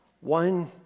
one